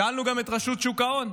שאלנו גם את רשות שוק ההון,